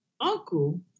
uncle